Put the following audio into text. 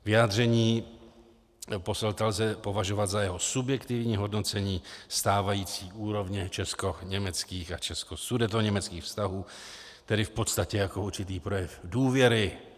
Vyjádření Posselta lze považovat za jeho subjektivní hodnocení stávající úrovně českoněmeckých a českosudetoněmeckých vztahů, tedy v podstatě jako určitý projev důvěry.